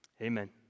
amen